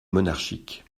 monarchiques